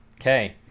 Okay